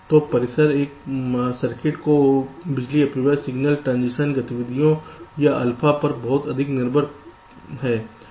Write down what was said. तो परिसर एक सर्किट में बिजली अपव्यय सिग्नल ट्रांजिशन गतिविधि या अल्फा पर बहुत अधिक निर्भर है